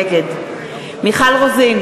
נגד מיכל רוזין,